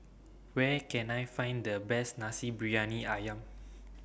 Where Can I Find The Best Nasi Briyani Ayam